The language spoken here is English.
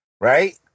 Right